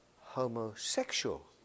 homosexual